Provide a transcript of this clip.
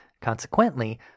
Consequently